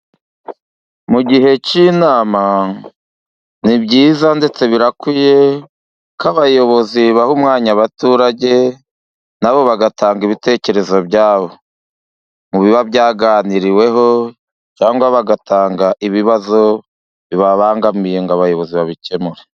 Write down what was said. Mu gihe cy'inama ni byiza ndetse birakwiye ko abayobozi baha umwanya abaturage, nabo bagatanga ibitekerezo bya bo mu biba byaganiriweho, cyangwa bagatanga ibibazo bibabangamiye, ngo abayobozi babikemure